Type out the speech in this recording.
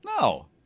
No